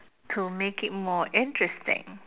to make it more interesting